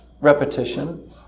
repetition